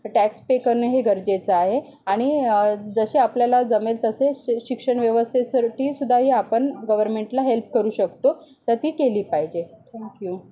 tax pay करणं हे गरजेचं आहे आणि जसं आपल्याला जमेल तसेच शिक्षण व्यवस्थेवरती सुधाही आपण गव्हर्मेंटला हेल्प करू शकतो त ती केली पाहिजे थँक यू